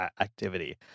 activity